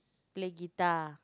play guitar